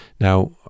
Now